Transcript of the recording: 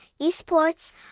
eSports